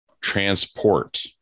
transport